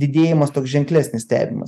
didėjimas toks ženklesnis stebimas